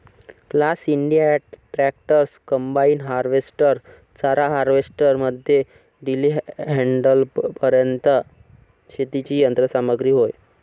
class India tractors, combine harvester, चारा harvester मध्ये टेलीहँडलरपर्यंत शेतीची यंत्र सामग्री होय